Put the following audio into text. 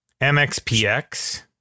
MXPX